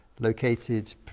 located